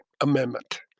Amendment